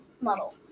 model